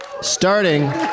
Starting